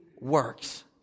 works